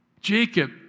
Jacob